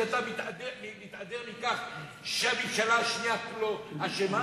אז אתה מתהדר בכך שהממשלה השנייה כולה אשמה?